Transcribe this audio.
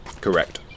Correct